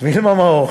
וילמה מאור